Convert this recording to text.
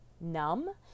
numb